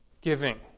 giving